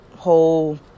Whole